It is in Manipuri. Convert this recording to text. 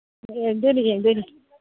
ꯌꯦꯡꯗꯣꯏꯅꯤ ꯌꯦꯡꯗꯣꯏꯅꯤ